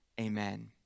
Amen